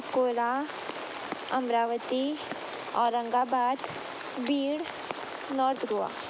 Ankola Amravati Aurangabad Beed north Goa